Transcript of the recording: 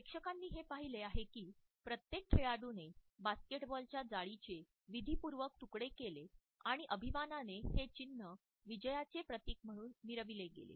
प्रेक्षकांनी हे पाहिले आहे की प्रत्येक खेळाडूने बास्केटबॉलच्या जाळीचे विधीपूर्वक तुकडे केले आणि अभिमानाने हे चिन्ह विजयाचे प्रतीक म्हणून मिरविले गेले